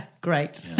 Great